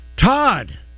Todd